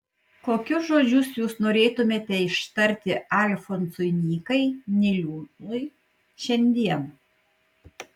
kokius žodžius jūs norėtumėte ištarti alfonsui nykai niliūnui šiandien